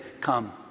come